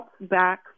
back